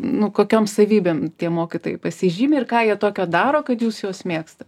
nu kokiom savybėm tie mokytojai pasižymi ir ką jie tokio daro kad jūs juos mėgstat